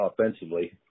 offensively